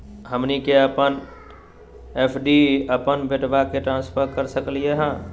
हमनी के अपन एफ.डी अपन बेटवा क ट्रांसफर कर सकली हो?